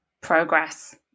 progress